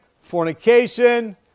fornication